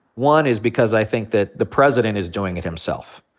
one is because i think that the president is doing it himself.